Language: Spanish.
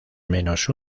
menos